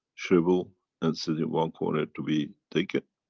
shrivel and sit in one corner to be taken.